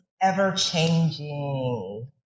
Ever-changing